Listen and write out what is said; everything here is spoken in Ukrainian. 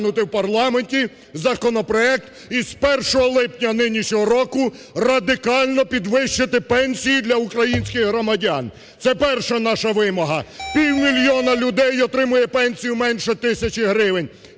підвищити пенсії для українських громадян – це перша наша вимога. Півмільйона людей отримує пенсію менше тисячі гривень,